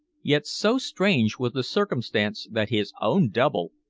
yet so strange was the circumstance that his own double,